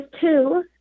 two